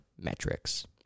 metrics